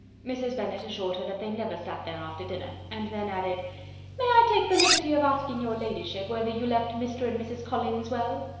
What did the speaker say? mrs. bennet assured her that they never sat there after dinner, and then added may i take the liberty of asking your ladyship whether you left mr. and mrs. collins well.